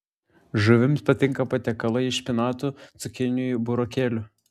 žuvims patinka patiekalai iš špinatų cukinijų burokėlių